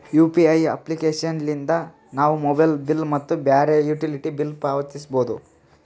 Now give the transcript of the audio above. UPI application ಲಿದ್ದ ನಾವು mobile bill ಮತ್ತು ಬ್ಯಾರೆ ಯುಟಿಲಿಟಿ ಬಿಲ್ ಪಾವತಿಸಬೋದು